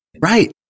Right